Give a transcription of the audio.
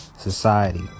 Society